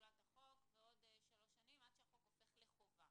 תחולת החוק ועוד שלוש שנים עד שהחוק הופך לחובה.